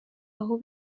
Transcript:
aho